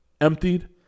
emptied